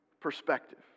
perspective